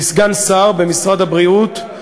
לסגן שר במשרד הבריאות,